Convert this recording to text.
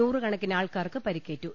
നൂറുകണക്കിന് ആൾക്കാർക്ക് പരിക്കേറ്റു